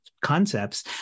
concepts